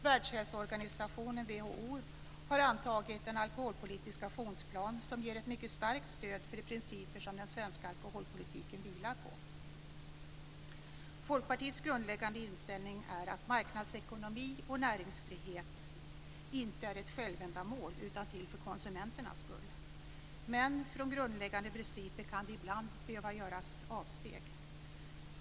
Världshälsoorganisationen, WHO, har antagit en alkoholpolitisk aktionsplan som ger ett mycket starkt stöd för de principer som den svenska alkoholpolitiken vilar på. Folkpartiets grundläggande inställning är att marknadsekonomi och näringsfrihet inte är ett självändamål, utan till för konsumenternas skull. Men från grundläggande principer kan det ibland behöva göras avsteg.